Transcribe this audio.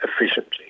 efficiently